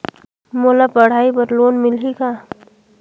मोला पढ़ाई बर लोन मिलही का?